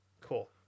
Cool